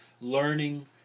learning